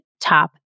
top